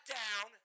down